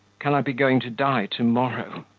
can i be going to die to-morrow?